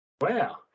Wow